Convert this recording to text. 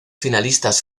finalistas